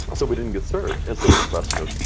but so we didn't get served. and so the press, you know,